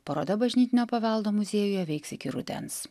paroda bažnytinio paveldo muziejuje veiks iki rudens